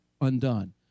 undone